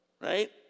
right